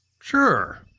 Sure